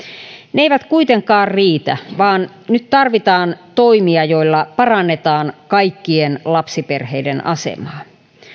ne eivät kuitenkaan riitä vaan nyt tarvitaan toimia joilla parannetaan kaikkien lapsiperheiden asemaa